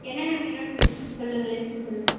என்னென்ன வேணும்ன்னு சொல்லுங்கள் லிஸ்ட்டு சொல்லுங்கள்